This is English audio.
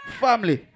family